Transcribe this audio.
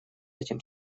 этим